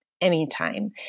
anytime